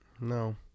No